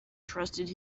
trusted